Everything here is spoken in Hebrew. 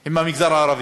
הם מהמגזר הערבי,